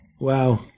Wow